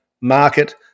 market